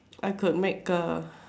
I could make A